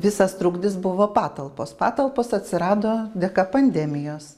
visas trukdys buvo patalpos patalpos atsirado dėka pandemijos